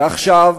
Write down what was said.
ועכשיו,